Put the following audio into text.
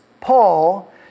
Paul